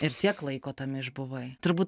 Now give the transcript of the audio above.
ir tiek laiko tam išbuvai turbūt